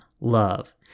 love